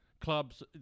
Clubs